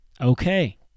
Okay